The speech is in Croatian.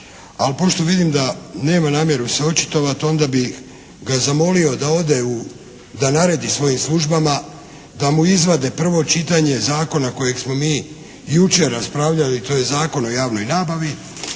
Ali pošto vidim da nema namjeru se očitovati onda bih ga zamolio da ode u, da naredi svojim službama da mu izvade prvo čitanje zakona kojeg smo mi jučer raspravljali, tj. Zakon o javnoj nabavi,